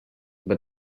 but